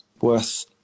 worth